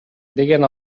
деген